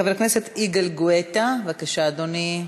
חבר הכנסת יגאל גואטה, בבקשה, אדוני.